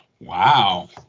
Wow